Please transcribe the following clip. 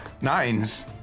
Nines